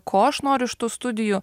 ko aš noriu iš tų studijų